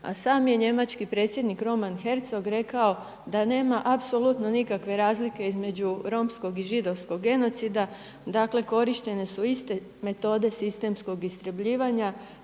A sam je njemački predsjednik Roman Herzog rekao da nema apsolutno nikakve razlike između romskog i židovskog genocida, dakle korištene su iste metode sistemskog istrebljivanja,